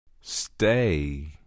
Stay